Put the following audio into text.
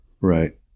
Right